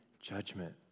judgment